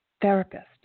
therapist